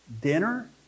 dinner